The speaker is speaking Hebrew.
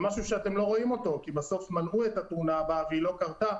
זה משהו שאתם לא רואים אותו כי בסוף מנעו את התאונה הבאה והיא לא קרתה,